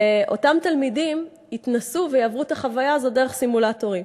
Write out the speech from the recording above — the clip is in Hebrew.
ואותם תלמידים יתנסו ויעברו את החוויה הזאת דרך סימולטורים.